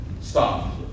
Stop